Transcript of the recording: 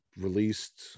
released